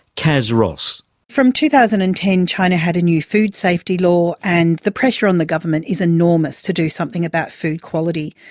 kaz ross from two thousand and ten china had a new food safety law, and the pressure on the government is enormous to do something about food quality.